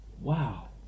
Wow